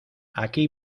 aquí